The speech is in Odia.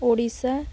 ଓଡ଼ିଶା